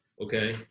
okay